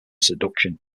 seduction